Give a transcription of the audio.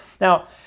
Now